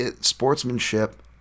sportsmanship